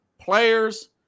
players